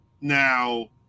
Now